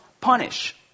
punish